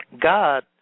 God